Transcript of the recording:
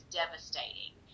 devastating